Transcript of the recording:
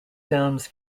films